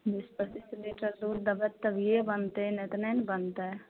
बीस पचीस लीटर दूध देबै तऽ तभिये बनतै नहि तऽ नहि ने बनतै